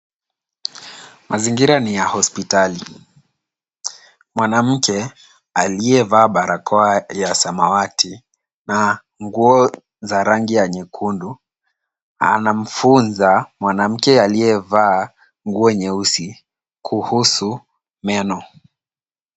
Mazingira ni ya hospitali. Mwanamke aliyevaa barakoa ya samawati na nguo za rangi ya nyekundu, anamfunza mwanamke aliyevaa nguo nyeusi, kuhusu meno.